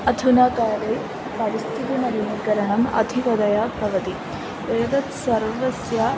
अधुनाकाले परिस्थिति नवीनीकरणम् अधिकतया भवति एतत् सर्वस्य